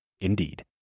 Indeed